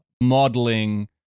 modeling